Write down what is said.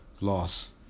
loss